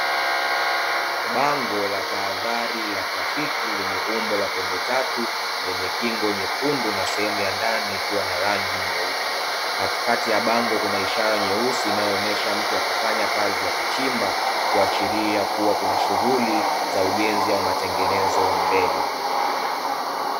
Bango la tahadhari la rafiki, lenye umbo la pembe Tatu, lenye kingo nyekundu na sehemu ya ndani ikiwa na rangi nyeupe. Katikati ya bango kuna ishara nyeusi inayoonyesha mtu akifanya kazi ya kuchimba, kuashiria kuwa kuna shughuli za ujenzi au matengenezo mbele.